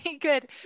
good